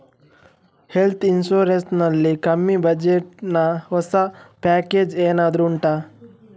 health insurance ನಲ್ಲಿ ಕಮ್ಮಿ budget ನ ಹೊಸ ಪ್ಯಾಕೇಜ್ ಏನಾದರೂ ಉಂಟಾ